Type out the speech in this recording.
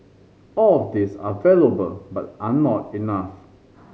all of these are valuable but are not enough